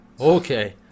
okay